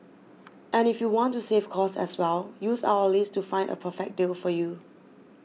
and if you want to save cost as well use our list to find a perfect deal for you